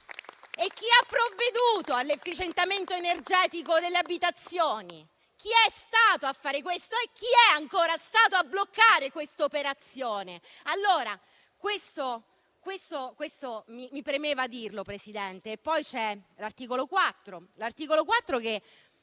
è? Chi ha provveduto all'efficientamento energetico delle abitazioni? Chi è stato a fare questo e chi, ancora, è stato a bloccare questa operazione? Questo mi premeva dirlo, Presidente. Poi c'è l'articolo 4, che